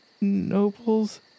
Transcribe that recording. nobles